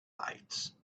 lights